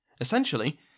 Essentially